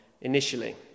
initially